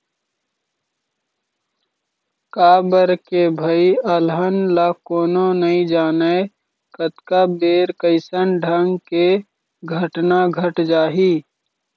काबर के भई अलहन ल कोनो नइ जानय कतका बेर कइसन ढंग के घटना घट जाही